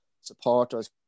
supporters